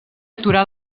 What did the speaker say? aturar